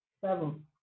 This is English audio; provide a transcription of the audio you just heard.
Seven